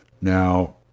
Now